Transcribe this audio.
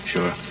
Sure